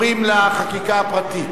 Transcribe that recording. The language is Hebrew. לחקיקה הפרטית.